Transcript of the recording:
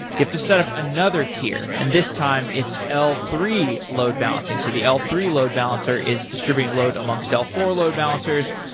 you have to set up another tier, and this time it's l three load-balancing. so the l three load balancer is disturbing load amongst l four load balancers.